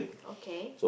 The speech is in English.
okay